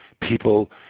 People